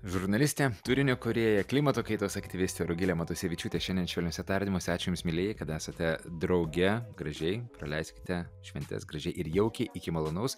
žurnalistė turinio kūrėja klimato kaitos aktyvistė rugilė matusevičiūtė šiandien švelniuose tardymuose ačiū jums mielieji kad esate drauge gražiai praleiskite šventes gražiai ir jaukiai iki malonaus